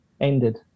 ended